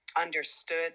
understood